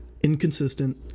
inconsistent